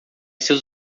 seus